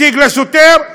מציג לשוטר,